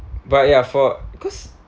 but ya for because